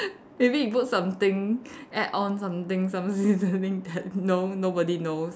maybe you put something add on something some seasoning that no~ nobody knows